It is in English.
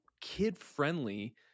kid-friendly